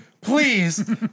Please